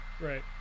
Right